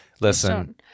listen